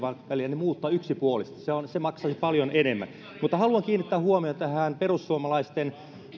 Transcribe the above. välillä muuttaa yksipuolisesti se maksaisi paljon enemmän haluan kiinnittää huomiota perussuomalaisten